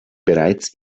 bereits